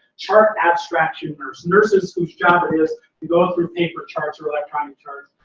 chart abstraction nurse, nurses whose job it is to go through paper charts or electronic charts,